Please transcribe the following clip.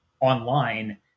online